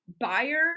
buyer